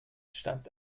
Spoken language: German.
stammt